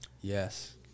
Yes